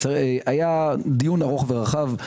היה דיון ארוך ורחב.